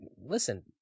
listen